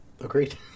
Agreed